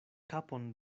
kapon